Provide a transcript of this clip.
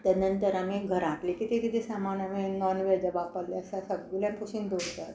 तेजे नंतर आमी घरांतलें कितें कितें सामान आमी नॉन वॅज वापरलें आसा सगलें आमी कुशीन दवरता